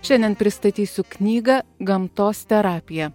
šiandien pristatysiu knygą gamtos terapija